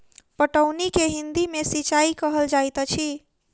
पटौनी के हिंदी मे सिंचाई कहल जाइत अछि